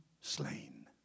slain